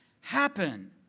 happen